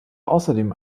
außerdem